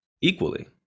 equally